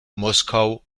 moskau